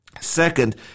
Second